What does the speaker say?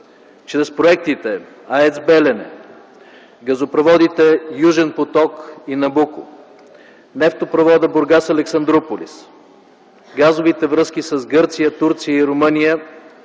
Чрез проектите АЕЦ „Белене”, газопроводите „Южен поток” и „Набуко”, нефтопровода „Бургас-Александруполис”, газовите връзки с Гърция, Турция и Румъния